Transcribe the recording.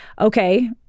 okay